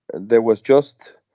there was just.